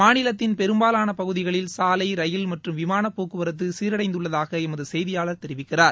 மாநிலத்தின் பெரும்பாலான பகுதிகளில் சாலை மற்றும் விமானப்போக்குவரத்து ரயில் சீரடைந்துள்ளதாக எமது செய்தியாளர் தெரிவிக்கிறார்